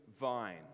vine